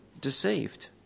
deceived